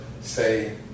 say